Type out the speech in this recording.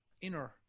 inner